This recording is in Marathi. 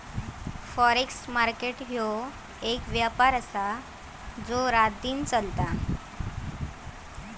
फॉरेक्स मार्केट ह्यो एक व्यापार आसा जो रातदिन चलता